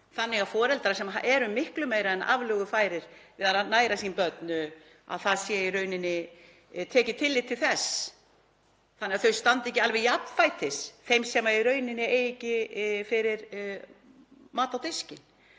þannig að foreldrar sem eru miklu meira en aflögufærir til að næra sín börn — að það sé í raun tekið tillit til þess þannig að þau standi ekki alveg jafnfætis þeim sem ekki eiga fyrir mat á diskinn?